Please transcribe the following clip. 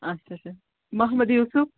اچھا اچھا محمد یوٗسُف